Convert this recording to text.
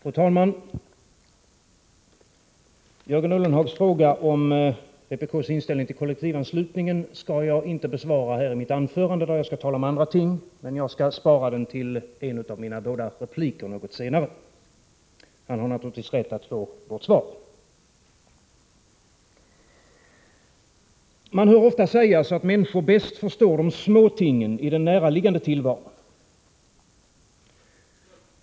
Fru talman! Jörgen Ullenhags fråga om vpk:s inställning till kollektivanslutningen skall jag inte besvara i mitt anförande, utan jag skall tala om andra ting. Jag sparar den frågan till en av mina båda repliker senare. Jörgen Ullenhag har naturligtvis rätt att få ett svar. Man hör ofta sägas att människor bäst förstår de små tingen i den näraliggande tillvaron.